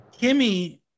Kimmy